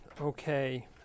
Okay